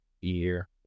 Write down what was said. year